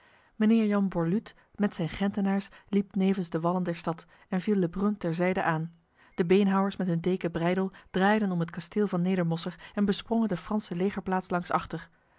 mijnheer jan borluut met zijn gentenaars liep nevens de wallen der stad en viel lebrum ter zijde aan de beenhouwers met hun deken breydel draaiden om het kasteel van nedermosser en besprongen de franse legerplaats langs achter